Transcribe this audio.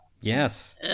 yes